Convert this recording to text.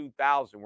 2000